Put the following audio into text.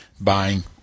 buying